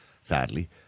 sadly